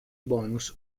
bonus